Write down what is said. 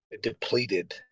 depleted